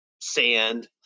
sand